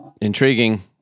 intriguing